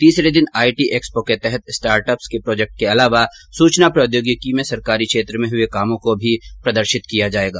तीसरे दिन IT expo के तहत स्टार्ट अप्स के प्रोजेक्ट्स के अलावा सूचना प्रौद्योगिकी में सरकारी क्षेत्र में हुए कामों को भी प्रदर्शित किया जाएगा